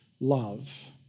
love